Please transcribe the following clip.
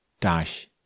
Dash